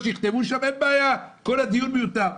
אם כך יכתבו אז אין בעיה, כל הדיון מיותר.